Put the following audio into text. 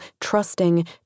trusting